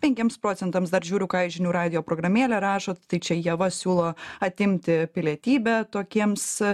penkiems procentams dar žiūriu ką į žinių radijo programėlę rašot tai čia ieva siūlo atimti pilietybę tokiems